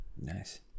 Nice